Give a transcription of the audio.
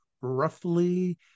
roughly